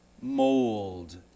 mold